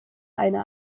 eine